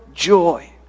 joy